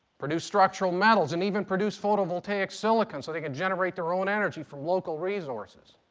produce structural metals, and even produce photovoltaic silicon so they can generate their own energy from local resources.